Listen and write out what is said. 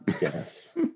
yes